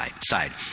side